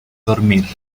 dormir